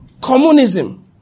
Communism